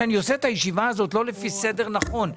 שאני עושה את הישיבה הזאת לא לפי סדר נכון.